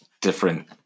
different